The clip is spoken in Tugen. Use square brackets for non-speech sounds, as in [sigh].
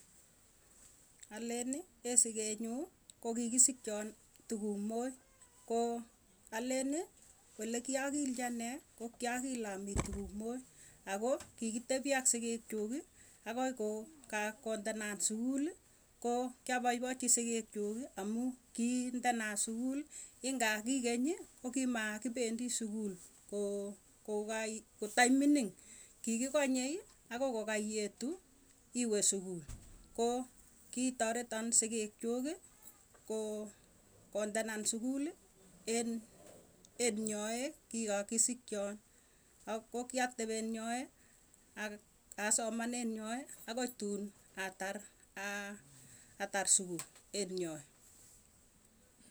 Aleni [hesitation] sikenyuu kokikisikchon tukumoi koo aleni, olekiagilchi anee. Ko kiagil amii tukumoia ako kikitebi ak sigik chuk i agoi ko kla kondanat sukul ko kaboibochi sikik chuk` amu kindena sukul. inga kikeny ko kimaa kipendi sukul. ko kokai kotai mininy. ki kikonye. akoi kaietu. iwe sukul. Ko kitaretan sikik chuk. ko kondanan sukul en enyoe ki kikasichon ak kokiaktebenyoe ak asomanen nywae akoi tun atar sukul enyoe.